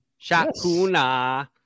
Shakuna